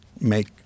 make